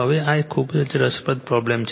હવે આ એક ખૂબ જ રસપ્રદ પ્રોબ્લેમ છે